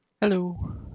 hello